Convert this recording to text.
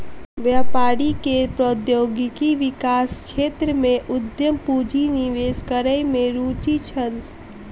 व्यापारी के प्रौद्योगिकी विकास क्षेत्र में उद्यम पूंजी निवेश करै में रूचि छल